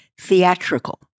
theatrical